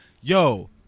yo